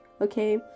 okay